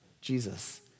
Jesus